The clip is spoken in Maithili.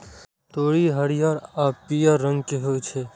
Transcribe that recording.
तोरी हरियर आ पीयर रंग के होइ छै